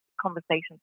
conversations